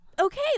okay